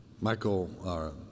Michael